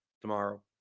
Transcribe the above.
tomorrow